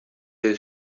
dei